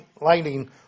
lighting